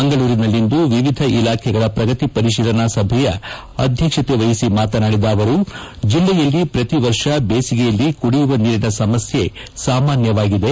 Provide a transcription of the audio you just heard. ಮಂಗಳೂರಿಲ್ಲಿಂದು ವಿವಿಧ ಇಲಾಖೆಗಳ ಪ್ರಗತಿ ಪರಿಶೀಲನಾ ಸಭೆಯ ಅಧ್ಯಕ್ಷತೆ ವಹಿಸಿ ಮಾತನಾಡಿದ ಅವರು ಜಿಲ್ಲೆಯಲ್ಲಿ ಪ್ರತಿ ವರ್ಷ ಬೇಸಿಗೆಯಲ್ಲಿ ಕುಡಿಯುವ ನೀರಿನ ಸಮಸ್ಯೆ ಸಾಮಾನ್ಯವಾಗಿದೆ